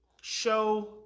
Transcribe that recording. show